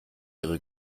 ihre